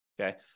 okay